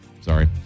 Sorry